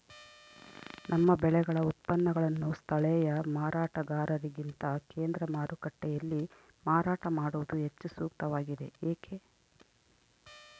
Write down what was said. ನಮ್ಮ ಬೆಳೆಗಳ ಉತ್ಪನ್ನಗಳನ್ನು ಸ್ಥಳೇಯ ಮಾರಾಟಗಾರರಿಗಿಂತ ಕೇಂದ್ರ ಮಾರುಕಟ್ಟೆಯಲ್ಲಿ ಮಾರಾಟ ಮಾಡುವುದು ಹೆಚ್ಚು ಸೂಕ್ತವಾಗಿದೆ, ಏಕೆ?